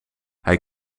hij